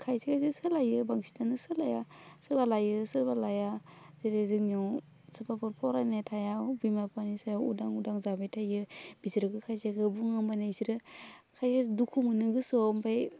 खायसे खायसे सोलायो बांसिनानो सोलाया सोरबा लायो सोरबा लाया जेरै जोंनियाव सोरबाफोर फरायनाय थाया बिमा बिफानि सायाव उदां उदां जाबाय थायो बिसोरखौ खायसेखौ बुङो होमबाना बिसोरो खायसे दुखु मोनो गोसोआव ओमफाय